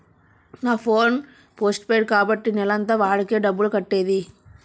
నా phone postpaid కాబట్టి నెలంతా వాడాకే డబ్బులు కట్టేది